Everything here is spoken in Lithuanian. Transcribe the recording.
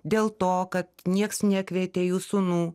dėl to kad nieks nekvietė jų sūnų